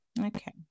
Okay